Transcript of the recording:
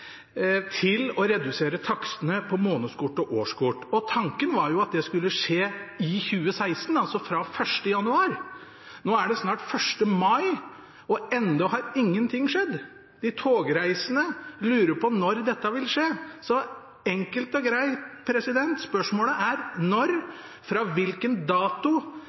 til å redusere takstene på månedskort og årskort. Tanken var at det skulle skje i 2016, altså fra 1. januar. Nå er det snart 1. mai, og ennå har ingenting skjedd. De togreisende lurer på når dette vil skje. Så enkelt og greit, spørsmålet er: Når, fra hvilken dato,